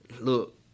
look